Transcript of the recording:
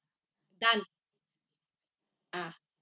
done ah